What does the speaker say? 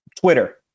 twitter